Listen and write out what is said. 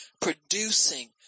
producing